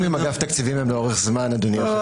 הקשרים עם אגף התקציבים הם לאורך זמן, אדוני.